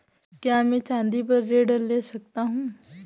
क्या मैं चाँदी पर ऋण ले सकता हूँ?